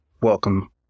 welcome